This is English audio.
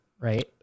right